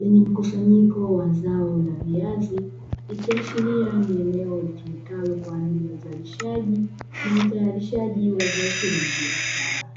lenye mkusanyiko wa zao la viazi, ikiashiria ni eneo litumikalo kwa ajili ya uzalishaji na utayarishaji wa zao hilo la biashara.